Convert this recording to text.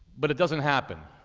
but it doesn't happen.